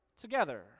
together